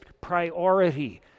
priority